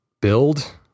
build